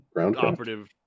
operative